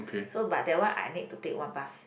so but that one I need to take one bus